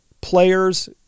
players